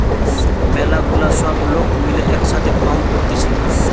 ম্যালা গুলা সব লোক মিলে এক সাথে ফান্ড করতিছে